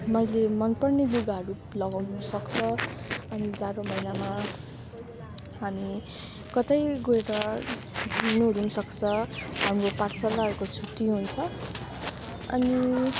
मैले मनपर्ने लुगाहरू लगाउनु सक्छौँ अनि जाडो महिनामा हामी कतै गएर घुम्नुहरू सक्छौँ हाम्रो पाठशालाहरूको छुट्टी हुन्छ अनि